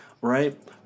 right